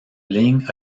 ligne